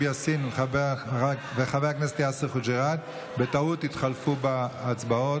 יאסין וחבר הכנסת יאסר חוג'יראת התחלפו בטעות בהצבעות,